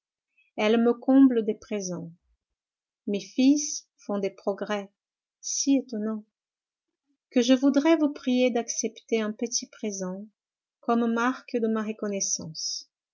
elle me comble de présents mes fils font des progrès si étonnants que je voudrais vous prier d'accepter un petit présent comme marque de ma reconnaissance